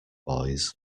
boys